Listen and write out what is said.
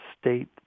State